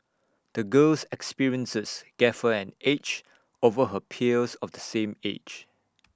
the girl's experiences gave her an edge over her peers of the same age